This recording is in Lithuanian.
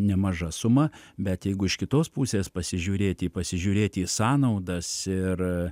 nemaža suma bet jeigu iš kitos pusės pasižiūrėti pasižiūrėti į sąnaudas ir